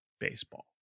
baseball